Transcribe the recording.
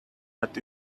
but